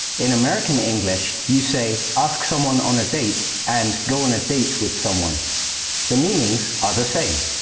in american english, you say ask someone on a date and go on a date with someone the meanings are the same.